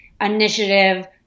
initiative